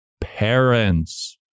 parents